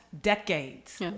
decades